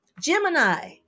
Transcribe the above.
Gemini